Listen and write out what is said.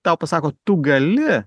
tau pasako tu gali